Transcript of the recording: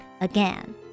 again